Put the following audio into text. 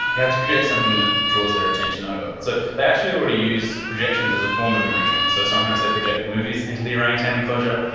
you have to create something that draws their attention over. so they actually already use projections as a form of enrichment, so sometimes they project movies into the orangutan enclosure.